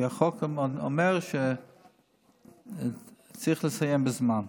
כי החוק אומר שצריך לסיים בזמן.